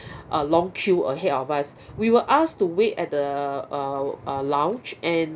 a long queue ahead of us we were asked to wait at the uh uh lounge and